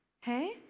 hey